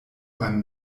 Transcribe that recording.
beim